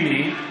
למעט קטינים,